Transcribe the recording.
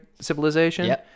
civilization